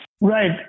Right